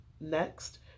Next